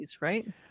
right